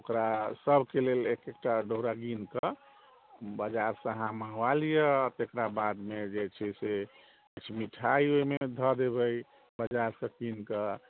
ओकरा सबके लेल एक एक टा डोरा कीनिकऽ बाजारसँ अहाँ मङ्गबा लिअ तकरा बादमे जे छै से किछु मिठाइ ओहिमे धऽ देबै बाजारसँ कीनिकऽ